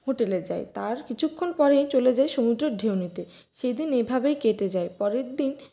হোটেলে যাই তার কিছুক্ষন পরেই চলে যাই সমুদ্রের ঢেউ নিতে সেদিন এভাবেই কেটে যায় পরের দিন